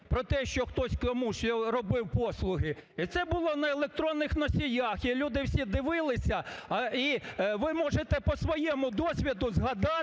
про те, що хтось комусь робив послуги, і це було на електронних носіях, і люди всі дивилися. І ви можете по своєму досвіду згадати,